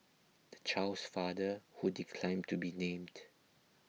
the child's father who declined to be named